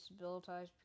disabilitized